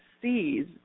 sees